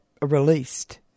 released